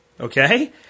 Okay